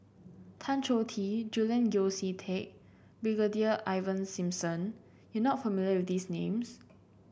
Tan Choh Tee Julian Yeo See Teck Brigadier Ivan Simson you are not familiar with these names